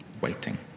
Waiting